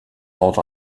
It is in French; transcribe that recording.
ordre